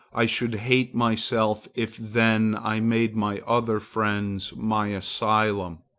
i should hate myself, if then i made my other friends my asylum